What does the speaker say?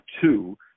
two